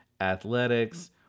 Athletics